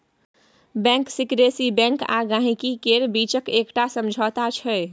bank secrecy bank आ गांहिकी केर बीचक एकटा समझौता छै